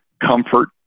comfort